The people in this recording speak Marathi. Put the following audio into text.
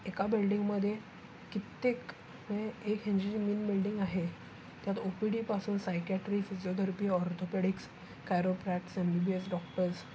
एका बिल्डिंगमध्ये कित्येक हे एक ह्यांची जी मेन बिल्डिंग आहे त्यात ओ पी डीपासून psychiatry physiotherapy orthopaedics chiropractors M B B S doctors